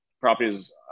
properties